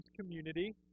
community